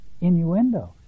innuendo